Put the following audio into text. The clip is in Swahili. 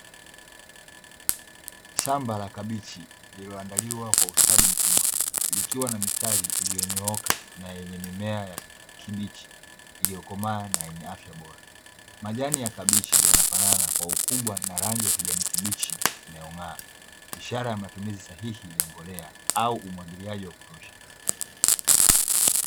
Shamba la kabichi lililoandaliwa kwa ustadi mkubwa, likiwa na mistari iliyonyooka na yenye mimea ya kijani kibichi iliyokomaa na yenye afya bora. Majani ya kabichi yanafanana na hoho kubwa na rangi ya kijani kibichi inayong'aa. Ishara ya matumizi sahihi ya mbolea au umwagiliaji wa kutosha.